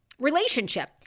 relationship